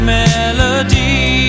melody